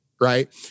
right